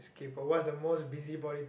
kaypo what is the most busybody